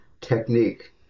technique